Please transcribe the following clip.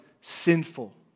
sinful